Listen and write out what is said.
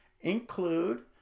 include